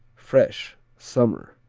fresh summer,